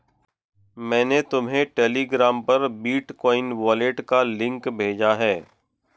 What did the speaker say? मैंने तुम्हें टेलीग्राम पर बिटकॉइन वॉलेट का लिंक भेजा है